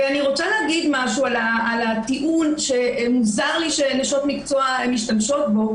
אני רוצה להגיד על הטיעון שמוזר לי שנשות מקצוע משתמשות בו,